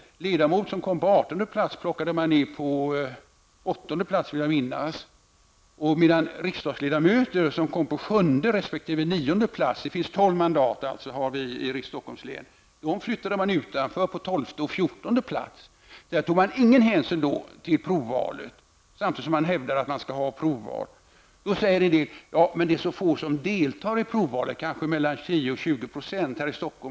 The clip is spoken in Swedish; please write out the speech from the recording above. En ledamot som hamnade på adertonde plats vill jag minnas att man plockade in på åttonde plats på riksdagslistan, medan riksdagsledamöter som kom på sjunde resp. nionde plats flyttades till tolfte och fjortonde plats. Vi har för närvarande tio mandat i Stockholms län. Man tog alltså ingen hänsyn till provvalet, samtidigt som det här hävdas att vi skall ha ett ökat inslag av personval. Då hävdar en del att det är så få som deltar i provvalet, kanske mellan 10 och 20 % av väljarna.